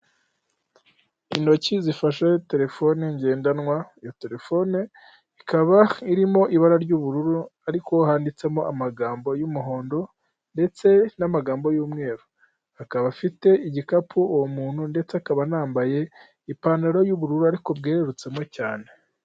Intoki zifashe telefone ngendanwa, iyo telefone ikaba irimo ibara ry'ubururu ariko handitsemo amagambo y'umuhondo ndetse n'amagambo y'umweru, akaba afite igikapu uwo muntu ndetse akaba anambaye ipantaro y'ubururu ariko bwerurutsemo cyane.